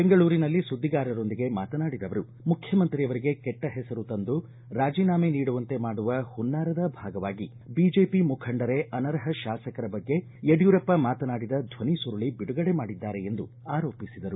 ಬೆಂಗಳೂರಿನಲ್ಲಿ ಸುದ್ದಿಗಾರರೊಂದಿಗೆ ಮಾತನಾಡಿದ ಅವರು ಮುಖ್ಯಮಂತ್ರಿಯವರಿಗೆ ಕೆಟ್ಟ ಹೆಸರು ತಂದು ರಾಜಿನಾಮೆ ನೀಡುವಂತೆ ಮಾಡುವ ಹುನ್ನಾರದ ಭಾಗವಾಗಿ ಬಿಜೆಪಿ ಮುಖಂಡರೇ ಅನರ್ಹ ತಾಸಕರ ಬಗ್ಗೆ ಯಡಿಯೂರಪ್ಪ ಮಾತನಾಡಿದ ಧ್ವನಿಸುರುಳಿ ಬಿಡುಗಡೆ ಮಾಡಿದ್ದಾರೆ ಎಂದು ಆರೋಪಿಸಿದರು